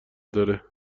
داره